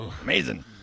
amazing